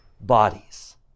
bodies